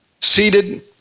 Seated